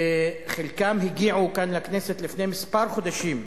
וחלקם הגיעו כאן לכנסת לפני כמה חודשים,